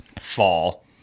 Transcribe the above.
fall